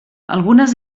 algunes